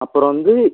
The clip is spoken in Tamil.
அப்புறம் வந்து